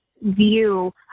view